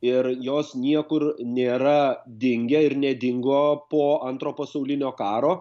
ir jos niekur nėra dingę ir nedingo po antro pasaulinio karo